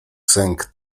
sęk